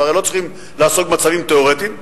הם הרי לא צריכים לעסוק במצבים תיאורטיים.